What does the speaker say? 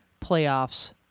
playoffs